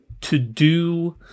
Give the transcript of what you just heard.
to-do